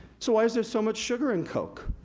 so, why's there so much sugar in coke?